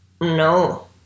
No